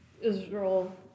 Israel